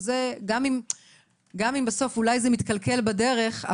גם אם בסוף זה אולי מתקלקל בדרך,